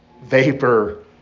Vapor